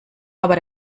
aber